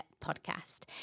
Podcast